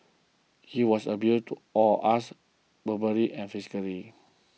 he was abusive to all of us verbally and physically